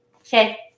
Okay